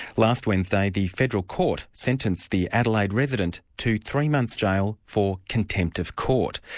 last wednesday the federal court sentenced the adelaide resident to three months jail for contempt of court.